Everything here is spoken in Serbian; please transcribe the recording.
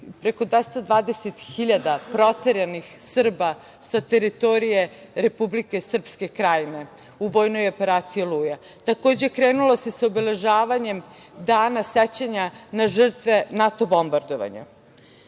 preko 220.000 proteranih Srba sa teritorije Republike Srpske krajine u vojnoj operaciji „Oluja“.Takođe krenulo se sa obeležavanjem Dana sećanja na žrtve NATO bombardovanja. Da